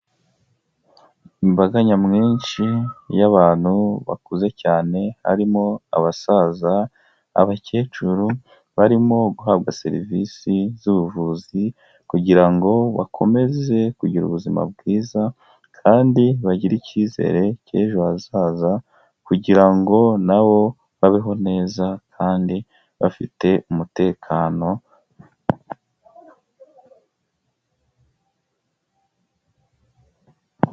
Imbaga nyamwinshi y'abantu bakuze cyane, harimo abasaza, abakecuru barimo guhabwa serivisi z'ubuvuzi kugira ngo bakomeze kugira ubuzima bwiza, kandi bagire icyizere cy'ejo hazaza, kugira ngo na bo babeho neza kandi bafite umutekano,...